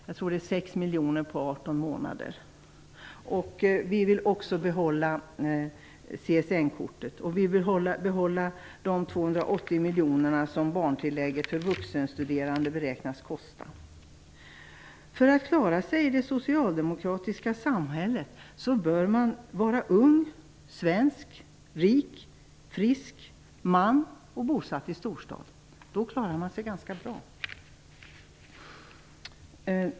Jag tror att det gäller 6 miljoner på 18 månader. Vi vill också behålla CSN-kortet och de 280 miljonerna som barntillägget för vuxenstuderande beräknas kosta. För att klara sig i det socialdemokratiska samhället bör man vara ung, svensk, rik, frisk, man och bosatt i storstad. Då klarar man sig ganska bra.